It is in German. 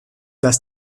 dass